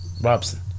Robson